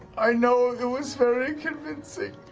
i know it was very convincing,